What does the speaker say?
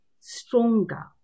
stronger